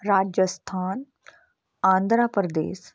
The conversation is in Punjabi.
ਰਾਜਸਥਾਨ ਆਂਧਰਾ ਪ੍ਰਦੇਸ਼